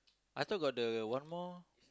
I thought got the one more